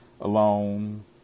alone